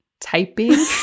typing